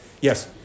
Yes